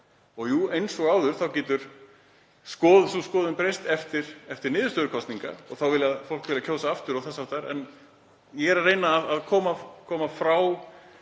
Jú, eins og áður getur sú skoðun breyst eftir niðurstöðu kosninga og fólk viljað kjósa aftur og þess háttar, en ég er að reyna að koma frá